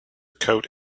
coat